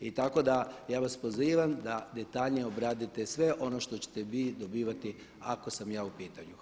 I tako da, ja vas pozivam da detaljnije obradite sve ono što ćete vi dobivati ako sam ja u pitanju.